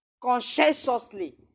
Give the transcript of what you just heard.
conscientiously